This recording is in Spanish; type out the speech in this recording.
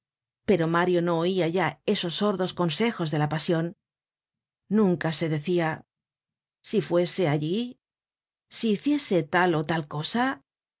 pero mario no oia ya esos sordos consejos de la pasion nunca se decia si fuese allí si hiciese tal ó tal cosa